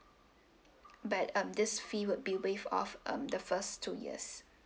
but um this fee would be waived off um the first two years